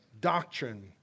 doctrine